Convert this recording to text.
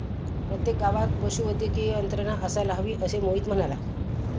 प्रत्येक गावात पशुवैद्यकीय यंत्रणा असायला हवी, असे मोहित म्हणाला